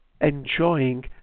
enjoying